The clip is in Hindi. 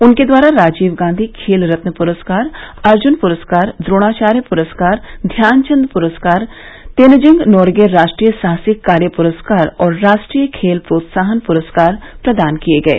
उनके द्वारा राजीव गांधी खेल रत्न पुरस्कार अर्जुन पुरस्कार द्रोणाचार्य पुरस्कार ध्यानचंद पुरस्कार तेनजिंग नोरगे राष्ट्रीय साहसिक कार्य पुरस्कार और राष्ट्रीय खेल प्रोत्साहन पुरस्कार प्रदान किये गये